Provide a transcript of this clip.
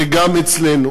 זה גם אצלנו.